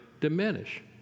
diminish